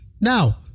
Now